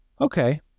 okay